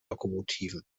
lokomotiven